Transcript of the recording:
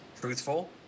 truthful